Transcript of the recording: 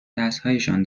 دستهایشان